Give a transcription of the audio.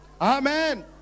Amen